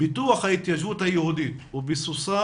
"פיתוח ההתיישבות היהודית וביסוסה,